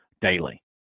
daily